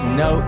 no